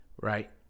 right